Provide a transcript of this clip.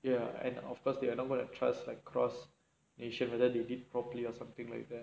ya and of course they're not gonna trust like cross nation whether you will give properly or something like that